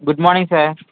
good morning sir